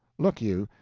look you!